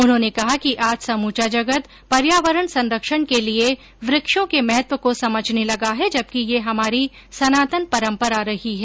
उन्होंने कहा कि आज समूचा जगत पर्यावरण संरक्षण के लिए वृक्षों के महत्व को समझने लगा है जबकि यह हमारी सनातन परंपरा रही है